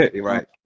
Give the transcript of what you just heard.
right